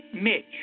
Mitch